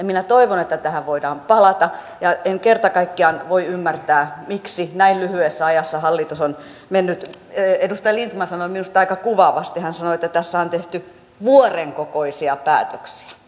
minä toivon että tähän voidaan palata en kerta kaikkiaan voi ymmärtää miksi näin lyhyessä ajassa hallitus on tehnyt edustaja lindtman sanoi minusta aika kuvaavasti hän sanoi että tässä on tehty vuoren kokoisia päätöksiä